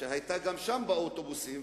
שהיתה גם שם באוטובוסים,